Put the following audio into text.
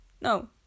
no